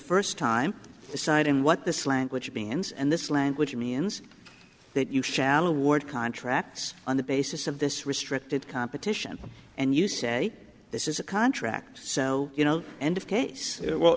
first time deciding what this language opinions and this language means that you shall award contracts on the basis of this restricted competition and you say this is a contract so you know